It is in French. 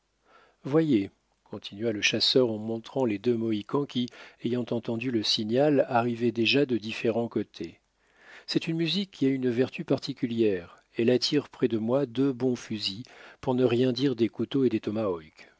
voyez continua le chasseur en montrant les deux mohicans qui ayant entendu le signal arrivaient déjà de différents côtés c'est une musique qui a une vertu particulière elle attire près de moi deux bons fusils pour ne rien dire des couteaux et des